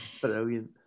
Brilliant